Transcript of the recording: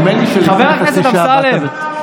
נדמה לי שלפני חצי שעה באת בטענות.